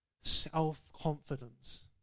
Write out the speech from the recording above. self-confidence